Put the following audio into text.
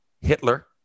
hitler